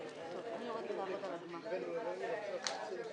ננעלה בשעה 11:54.